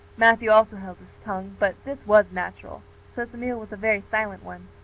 matthew also held his tongue but this was natural so that the meal was a very silent one.